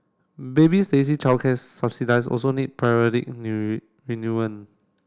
baby Stacey childcare subsidies also need periodic